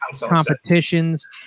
competitions